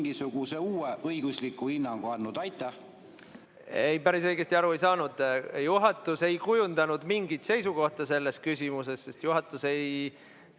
mingisuguse uue õigusliku hinnangu andnud? Ei, päris õigesti aru ei saanud. Juhatus ei kujundanud mingit seisukohta selles küsimuses, sest juhatus ei